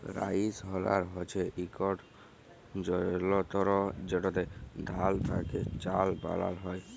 rice huller হছে ইকট যলতর যেটতে ধাল থ্যাকে চাল বালাল হ্যয়